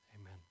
amen